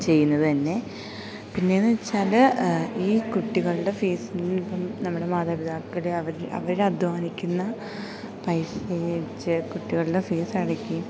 ചെയ്യുന്നത് തന്നെ പിന്നെയെന്നു വെച്ചാൽ ഈ കുട്ടികളുടെ ഫീസിനിപ്പം നമ്മുടെ മാതാപിതാക്കൾ അവർ അവർ അദ്ധ്വാനിക്കുന്ന പൈസ വെച്ച് കുട്ടികളുടെ ഫീസ് അടക്കുകയും